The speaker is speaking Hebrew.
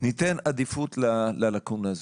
ניתן עדיפות ללאקונה הזאת,